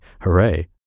hooray